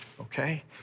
okay